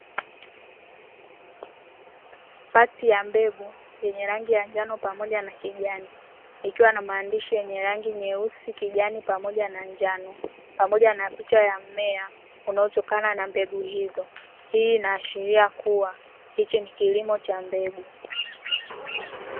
Pakiti ya mbegu yenye rangi ya njano pamoja na kijani ikiwa na maandishi yenye rangi nyeusi, kijani pamoja na njano pamoja na picha ya mmea inayotoka na mbegu hizo hii inaashiria kuwa hicho ni kilimo cha mbegu.